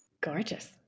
Gorgeous